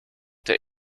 der